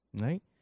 Right